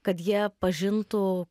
kad jie pažintų